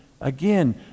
again